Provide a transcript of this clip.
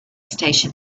station